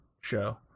show